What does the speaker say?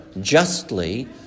justly